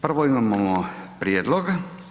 Prvo imamo prijedlog.